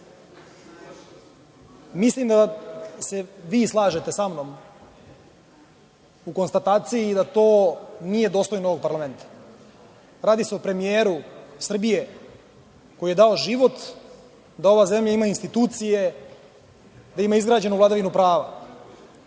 da se vi slažete samnom u konstataciji da to nije dostojno ovog parlamenta. Radi se o premijeru Srbije koji je dao život da ova zemlja ima institucije, da ima izgrađenu vladavinu prava. Ko